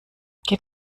geht